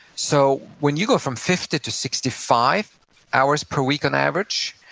so when you go from fifty to sixty five hours per week on average,